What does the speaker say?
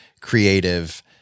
creative